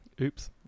oops